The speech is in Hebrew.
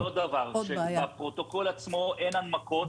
זה עוד בעיה, שבפרוטוקול אין הנמקות.